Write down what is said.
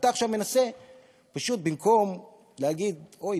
אתה עכשיו מנסה במקום להגיד: אוי,